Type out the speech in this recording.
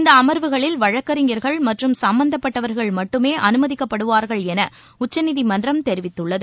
இந்தஅமர்வுகளில் வழக்கறிஞர்கள் மற்றும சம்பந்தப்பட்டவர்கள் மட்டுமேஅனுமதிக்கப்படுவார்கள் எனஉச்சநீதிமன்றம் கூறியுள்ளது